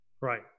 Right